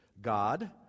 God